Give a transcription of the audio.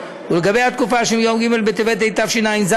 ולגבי התקופה שמיום ג' בטבת התשע"ז,